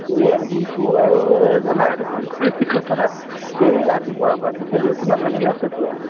এ বিহু আৰু জানাই দেখোন খুড়ীৰ কথা এই ৰাতিপুৱাৰ পৰা পিঠাগুৰি খুন্দাত লাগি আছে পূৰা